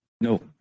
no